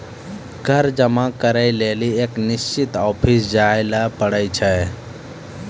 कर जमा करै लेली एक निश्चित ऑफिस जाय ल पड़ै छै